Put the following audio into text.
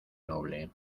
noble